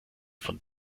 von